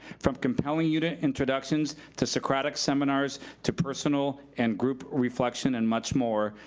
from compelling unit introductions to socratic seminars, to personal and group reflection, and much more,